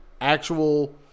actual